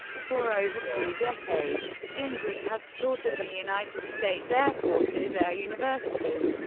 for over two decades, gingrich has taught at the united states air force's air university,